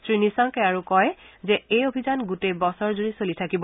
শ্ৰীনিসাংকে আৰু কয় যে এই অভিযান গোটেই বছৰ জুৰি চলি থাকিব